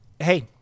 Hey